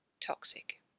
toxic